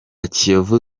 kiyovu